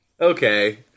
Okay